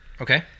okay